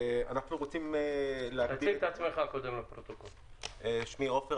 התיקון הזה